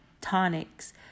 tonics